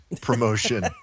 promotion